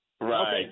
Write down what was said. Right